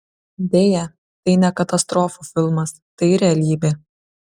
deja tai ne katastrofų filmas tai realybė